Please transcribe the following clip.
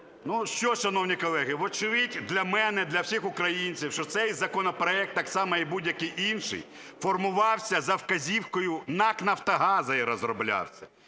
Ну що, шановні колеги, вочевидь для мене, для всіх українців, що цей законопроект так само, як і будь-який інший, формувався за вказівкою НАК "Нафтогаза" розроблявся.